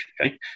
okay